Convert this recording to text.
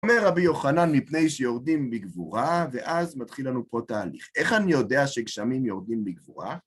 אומר רבי יוחנן: "מפני שיורדים בגבורה", ואז מתחיל לנו פה תהליך. איך אני יודע שגשמים יורדים בגבורה?